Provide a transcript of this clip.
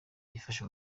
byifashe